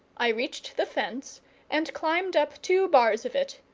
i reached the fence and climbed up two bars of it,